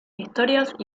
historias